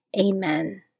Amen